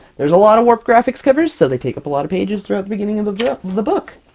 there's a lot of warp graphics covers, so they take up a lot of pages throughout the beginning of of yeah the book.